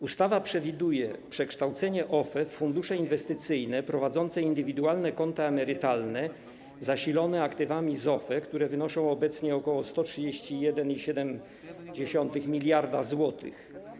Ustawa przewiduje przekształcenie OFE w fundusze inwestycyjne prowadzące indywidualne konta emerytalne zasilone aktywami z OFE, które wynoszą obecnie ok. 131,7 mld zł.